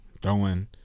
throwing